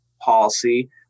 policy